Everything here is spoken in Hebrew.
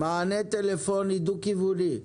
מענה טלפוני דו כיווני.